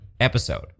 episode